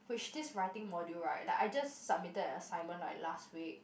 which this writing module right like I just submitted an assignment like last week